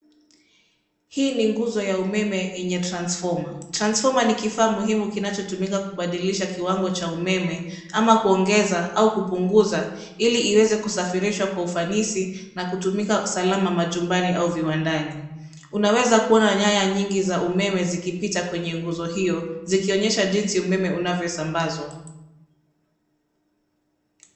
Hii ni nguzo ya umeme yenye transfoma. Transfoma ni kifaa muhimu kinachotumika kubadilisha kiwango cha umeme ama kuongeza au kupunguza ili iweze kusafirisha kwa ufanisi na kutumika salama majumbani au viwandani. Unaweza kuona nyaya nyingi za umeme zikipita kwenye nguzo hiyo zikionyesha jinsi umeme unaposambazwa.